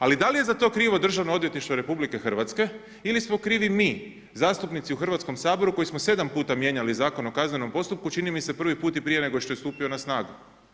Ali da li je za to krivo državno odvjetništvo RH ili smo krivi mi, zastupnici u Hrvatskom saboru koji smo 7 puta mijenjali Zakon o kaznenom postupku, čini mi se prvi put i prije nego što je stupio na snagu.